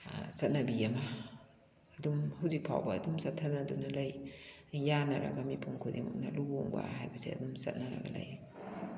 ꯆꯠꯅꯕꯤ ꯑꯃ ꯑꯗꯨꯝ ꯍꯧꯖꯤꯛ ꯐꯥꯎꯕ ꯑꯗꯨꯝ ꯆꯠꯊꯅꯗꯨꯅ ꯂꯩ ꯌꯥꯟꯅꯔꯒ ꯃꯤꯄꯨꯝ ꯈꯨꯗꯤꯡꯃꯛꯅ ꯂꯨꯍꯣꯡꯕ ꯍꯥꯏꯕꯁꯦ ꯑꯗꯨꯝ ꯆꯠꯅꯔꯒ ꯂꯩ